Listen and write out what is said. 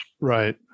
Right